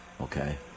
Okay